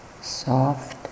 soft